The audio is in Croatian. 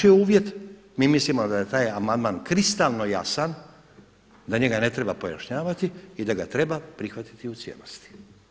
A naš je uvjet, mi mislimo da je amandman kristalno jasan, da njega ne treba pojašnjavati i da ga treba prihvatiti u cijelosti.